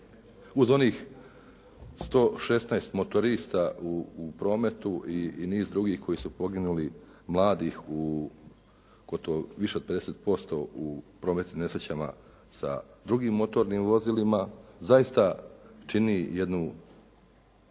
uz onih 116 motorista u prometu i niz drugih koji su poginuli, mladih u gotovo više od 50% u prometnim nesrećama sa drugim motornim vozilima zaista čini jednu